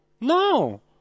No